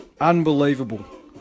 Unbelievable